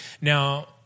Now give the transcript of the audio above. Now